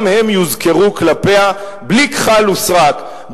גם הם יוזכרו כלפיה בלי כחל ושרק,